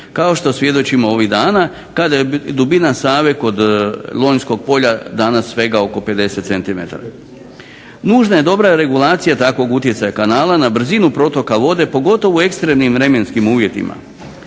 kao što svjedočimo ovih dana, kada je dubina Save kod Lonjskog polja danas svega oko 50 centimetara. Nužna je dobra regulacija takvog utjecaja kanala na brzinu protoka vode, pogotovo u ekstremnim vremenskim uvjetima.